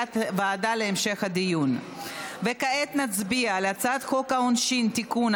קובעת כי הצעת חוק העונשין (תיקון,